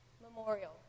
memorial